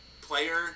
player